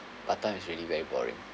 batam is really very boring